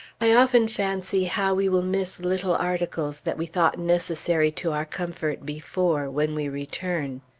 i often fancy how we will miss little articles that we thought necessary to our comfort before, when we return.